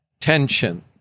tension